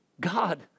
God